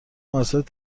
موسسات